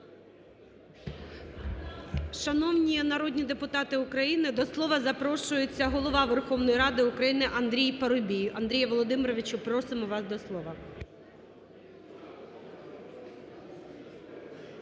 Шановні народні депутати України, до слова запрошується Голова Верховної Ради України Андрій Парубій. Андріє Володимировичу, просимо вас до слова.